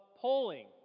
polling